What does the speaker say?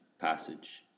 passage